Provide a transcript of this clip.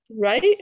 Right